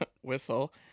Whistle